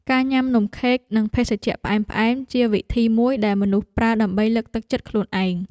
ការញ៉ាំនំខេក និងភេសជ្ជៈផ្អែមៗ ជាវិធីមួយដែលមនុស្សប្រើដើម្បីលើកទឹកចិត្តខ្លួនឯង។